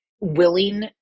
willing